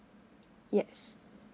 yes